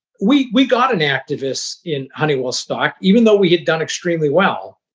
we we got an activist in honeywell stock, even though we had done extremely well,